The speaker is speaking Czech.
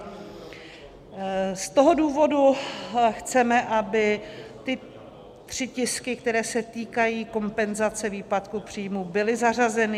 Z toho důvodu chceme, aby ty tři tisky, které se týkají kompenzace výpadků příjmů, byly zařazeny.